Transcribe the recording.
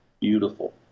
beautiful